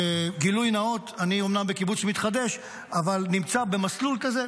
גילוי נאות: אני אומנם בקיבוץ שמתחדש אבל נמצא במסלול כזה,